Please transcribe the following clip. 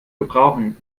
gebrauchen